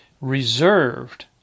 reserved